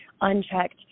unchecked